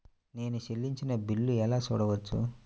నేను చెల్లించిన బిల్లు ఎలా చూడవచ్చు?